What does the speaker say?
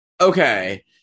okay